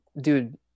dude